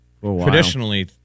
traditionally